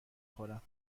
خورم